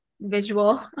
visual